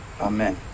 Amen